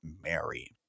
Mary